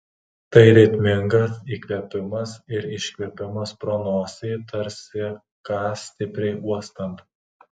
tai ritmingas įkvėpimas ir iškvėpimas pro nosį tarsi ką stipriai uostant